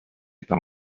par